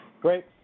Great